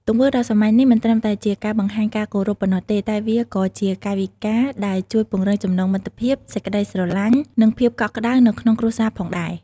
ទង្វើដ៏សាមញ្ញនេះមិនត្រឹមតែជាការបង្ហាញការគោរពប៉ុណ្ណោះទេ តែវាក៏ជាកាយវិការដែលជួយពង្រឹងចំណងមិត្តភាព សេចក្ដីស្រឡាញ់ និងភាពកក់ក្ដៅនៅក្នុងគ្រួសារផងដែរ។